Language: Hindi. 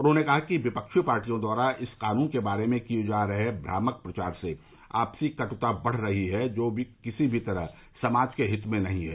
उन्होंने कहा कि विपक्षी पार्टियों द्वारा इस कानून के बारे में किये जा रहे भ्रामक प्रचार से आपसी कट्ता बढ़ रही है जो किसी भी तरह समाज के हित में नहीं है